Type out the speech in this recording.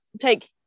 take